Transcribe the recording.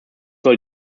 soll